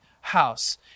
House